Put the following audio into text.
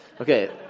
Okay